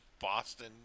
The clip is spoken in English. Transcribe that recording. Boston